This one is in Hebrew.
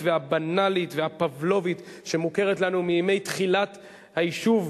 והבנאלית והפבלובית שמוכרת לנו מימי תחילת היישוב,